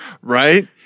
right